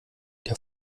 der